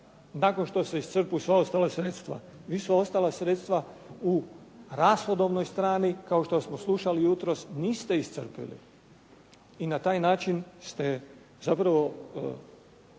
nakon što se iscrpe sva ostala sredstva. Vi sva ostala sredstva u rashodovnoj strani kao što smo slušali jutros niste iscrpili. I na taj način ste zapravo